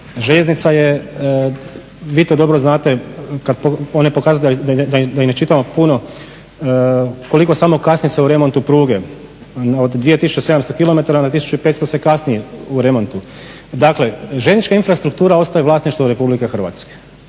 Željeznica je, vi to dobro znate, ona je pokazatelj da i ne čitamo puno, koliko se samo kasni u remontu pruge. Od 2700 kilometara na 1500 se kasni u remontu. Dakle, željeznička infrastruktura ostaje vlasništvo Republike Hrvatske